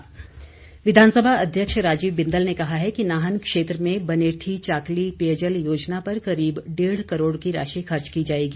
बिंदल विधानसभा अध्यक्ष राजीव बिंदल ने कहा है कि नाहन क्षेत्र में बनेठी चाकली पेयजल योजना पर करीब डेढ़ करोड़ की राशि खर्च की जाएगी